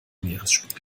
meeresspiegel